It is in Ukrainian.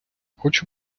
хочу